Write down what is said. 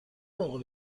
موقع